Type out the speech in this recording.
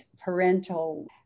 parental